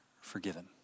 forgiven